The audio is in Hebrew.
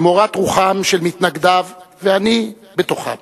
למורת רוחם של מתנגדיו, ואני בתוכם,